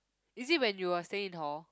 is it when you are staying in hall